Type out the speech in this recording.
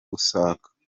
gusaka